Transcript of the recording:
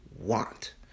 want